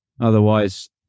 Otherwise